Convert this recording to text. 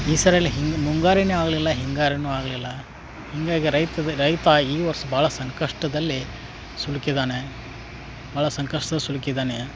ಈ ಸಾರಿ ಇಲ್ಲಿ ಹಿಂಗೇ ಮುಂಗಾರಿನೇ ಆಗಲಿಲ್ಲ ಹಿಂಗಾರಿನೂ ಆಗಲಿಲ್ಲ ಹೀಗಾಗಿ ರೈತ ರೈತ ಈ ವರ್ಷ ಭಾಳ ಸಂಕಷ್ಟದಲ್ಲಿ ಸಿಳುಕಿದಾನೆ ಭಾಳ ಸಂಕಷ್ಟ್ದಲ್ಲಿ ಸಿಲುಕಿದಾನೆ